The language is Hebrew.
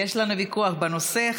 יש לנו ויכוח בנושא.